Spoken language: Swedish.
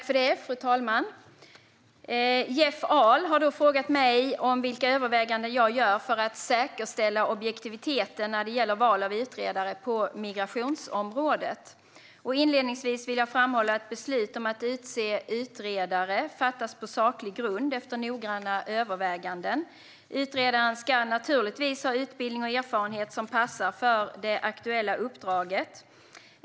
Fru talman! Jeff Ahl har frågat mig vilka överväganden jag gör för att säkerställa objektiviteten när det gäller val av utredare på migrationsområdet. Inledningsvis vill jag framhålla att beslut om att utse utredare fattas på saklig grund efter noggranna överväganden. Utredaren ska naturligtvis ha utbildning och erfarenhet som passar för det aktuella uppdraget.